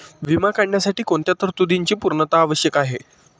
विमा काढण्यासाठी कोणत्या तरतूदींची पूर्णता आवश्यक आहे?